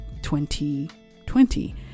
2020